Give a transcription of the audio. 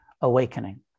awakening